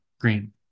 green